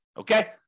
Okay